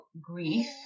grief